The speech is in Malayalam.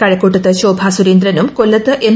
കഴക്കൂട്ടത്ത് ശോഭാ സുരേന്ദ്രനും കൊല്ലത്ത് എം